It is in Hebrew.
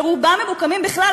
ורובם מוקמים בכלל,